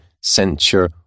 censure